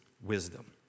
wisdom